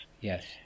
yes